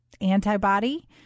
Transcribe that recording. antibody